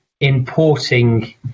importing